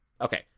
Okay